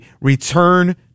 return